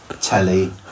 telly